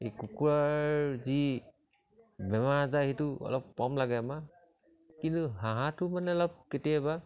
এই কুকুৰাৰ যি বেমাৰ আজাৰ সেইটো অলপ কম লাগে আমাৰ কিন্তু হাঁহটো মানে অলপ কেতিয়াবা